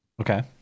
Okay